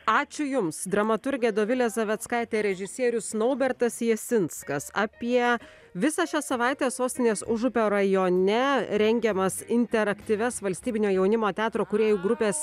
ačiū jums dramaturgė dovilė zaveckaitė režisierius naubertas jasinskas apie visą šią savaitę sostinės užupio rajone rengiamas interaktyvias valstybinio jaunimo teatro kūrėjų grupės